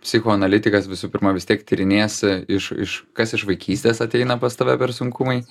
psichoanalitikas visų pirma vis tiek tyrinės iš iš kas iš vaikystės ateina pas tave per sunkumai